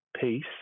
peace